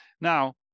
now